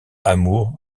amour